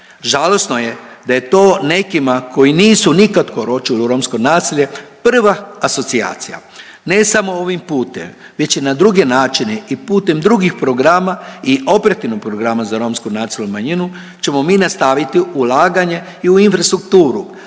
Žalosno je da je to nekima koji nisu nikad kročili u romsko naselje, prva asocijacija. Ne samo ovim putem već i na druge načine i putem drugih programa i operativnog programa za romsku nacionalnu manjinu, ćemo mi nastaviti ulaganje i u infrastrukturu,